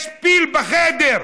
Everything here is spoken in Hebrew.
יש פיל בחדר.